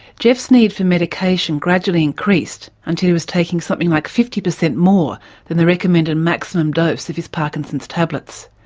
geoff's need for medication gradually increased until he was taking something like fifty percent more than the recommended maximum dose of his parkinson's tablets.